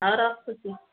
ହଉ ରଖୁଛି